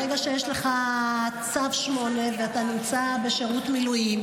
ברגע שיש לך צו 8 ואתה נמצא בשירות מילואים,